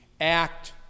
act